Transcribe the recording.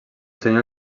senyor